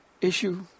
issue